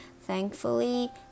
thankfully